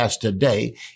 today